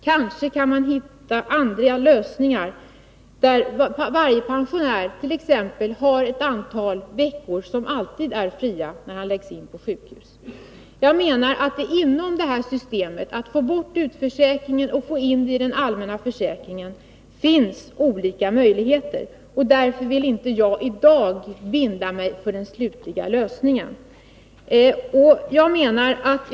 Kanske man kan hitta andra lösningar, där t.ex. varje pensionär har ett antal veckor som alltid är fria när han läggs in på sjukhus. När det gäller att inom detta system få bort utförsäkringen och få in alla i den allmänna försäkringen finns det olika möjligheter. Därför vill jag i dag inte binda mig för den slutliga lösningen.